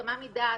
הסכמה מדעת,